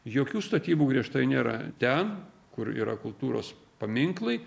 jokių statybų griežtai nėra ten kur yra kultūros paminklai